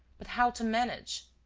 but how to manage?